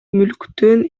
мүлктүн